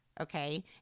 okay